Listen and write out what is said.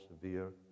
severe